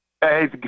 Hey